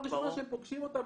פעם ראשונה שהם פוגשים אותם,